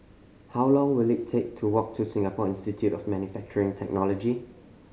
how long will it take to walk to Singapore Institute of Manufacturing Technology